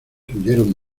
huyeron